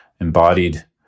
embodied